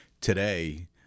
Today